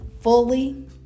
Fully